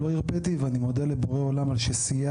לא הרפיתי ואני מודה לבורא עולם על שסייע